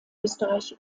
österreich